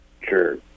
Sure